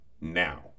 now